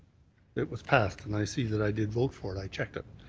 it was passed. and i see that i did vote for it. i checked it.